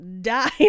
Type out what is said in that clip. die